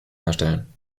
herstellen